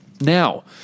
Now